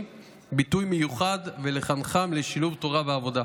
ביטוי מיוחד ולחנכם לשילוב תורה ועבודה.